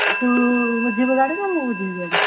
ତୁ ବୁଝିବୁ ଗାଡ଼ି ନା ମୁଁ ବୁଝିବି ଗାଡ଼ି